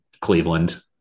Cleveland